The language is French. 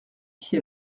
qui